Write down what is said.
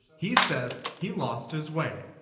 he says he lost his way.